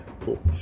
cool